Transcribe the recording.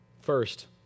First